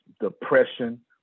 depression